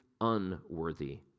unworthy